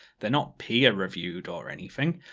they're not peer-reviewed, or anything.